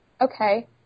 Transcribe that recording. okay